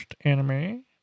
anime